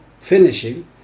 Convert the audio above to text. finishing